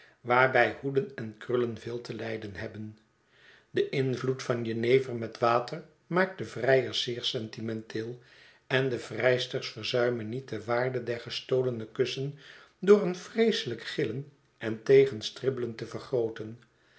waarbij hoeden en krullen veel te lijden hebben de invloed van jenever met water maakt de vrijers zeer sentimenteel en de vrijsters verzuimen niet de waarde der gestolene kussen door een vreeselijk gillen en tegenstribbelen te vergrooten